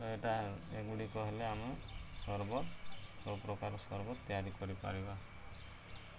ତ ଏଇଟା ଏଗୁଡ଼ିକ ହେଲେ ଆମେ ସର୍ବତ ସବୁପ୍ରକାର ସର୍ବତ ତିଆରି କରିପାରିବା